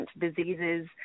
diseases